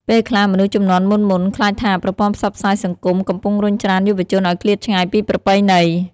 ពេលខ្លះមនុស្សជំនាន់មុនៗ ខ្លាចថាប្រព័ន្ធផ្សព្វផ្សាយសង្គមកំពុងរុញច្រានយុវជនឱ្យឃ្លាតឆ្ងាយពីប្រពៃណី។